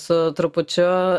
su trupučiu